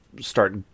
start